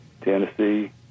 Tennessee